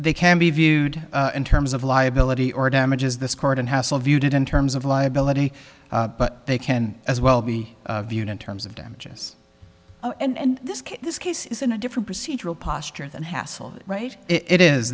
they can be viewed in terms of liability or damages this court and hassle viewed in terms of liability but they can as well be viewed in terms of damages and this case this case is in a different procedural posture than hassell right it is